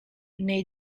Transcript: nei